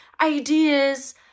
ideas